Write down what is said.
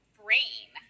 brain